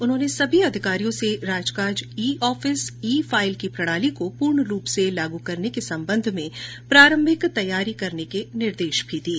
उन्होंने सभी अधिकारियों से राज काज ई ऑफिस ई फाईल की प्रणाली को पूर्ण रूप से लागू करने के सबंध में प्रारंभिक तैयारी करने के निर्देश भी दिए